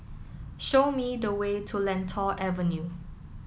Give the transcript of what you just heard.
show me the way to Lentor Avenue